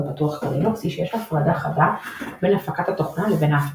פתוח כמו לינוקס היא שיש הפרדה חדה בין הפקת התוכנה לבין ההפצה.